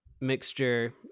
mixture